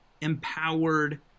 empowered